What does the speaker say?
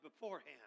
beforehand